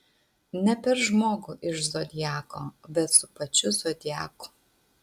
ne per žmogų iš zodiako bet su pačiu zodiaku